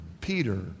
Peter